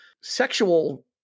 sexual